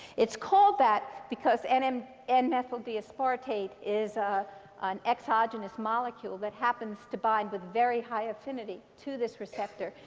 it's called that because and um n-methyl-d-aspartate is an exogenous molecule that happens to bind with very high affinity to this receptor.